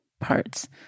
parts